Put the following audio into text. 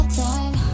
time